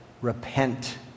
repent